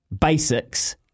basics